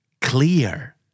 Clear